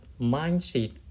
mindset